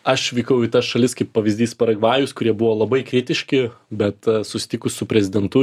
aš vykau į tas šalis kaip pavyzdys paragvajus kurie buvo labai kritiški bet susitikus su prezidentu